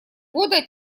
года